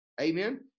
Amen